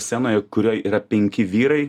scenoje kurioj yra penki vyrai